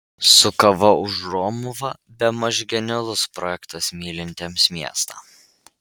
su kava už romuvą bemaž genialus projektas mylintiems miestą